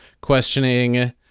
questioning